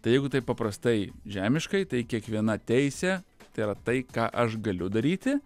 tai jeigu taip paprastai žemiškai tai kiekviena teisė tai yra tai ką aš galiu daryti